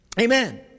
Amen